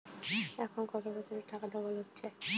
এখন কত বছরে টাকা ডবল হচ্ছে?